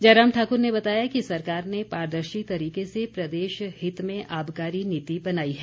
जयराम ठाकुर ने बताया कि सरकार ने पारदर्शी तरीके से प्रदेश हित में आबकारी नीति बनाई है